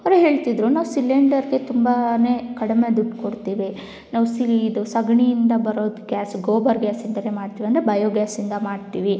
ಅವ್ರು ಹೇಳ್ತಿದ್ರು ನಾವು ಸಿಲಿಂಡರ್ಗೆ ತುಂಬಾನೇ ಕಡಿಮೆ ದುಡ್ಡು ಕೊಡ್ತೀವಿ ನಾವು ಸೀ ಇದು ಸೆಗಣಿಯಿಂದ ಬರೋದು ಗ್ಯಾಸ್ ಗೋಬರ್ ಗ್ಯಾಸಿಂದಲೇ ಮಾಡ್ತೀವಿ ಅಂದರೆ ಬಯೋ ಗ್ಯಾಸಿಂದ ಮಾಡ್ತೀವಿ